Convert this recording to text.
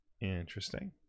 Interesting